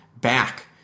back